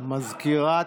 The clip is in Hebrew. מה זה?